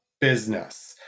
business